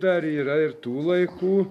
dar yra ir tų laikų